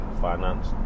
finance